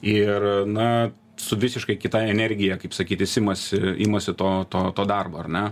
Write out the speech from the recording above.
ir na su visiškai kita energija kaip sakyt jis imasi imasi to to to darbo ar ne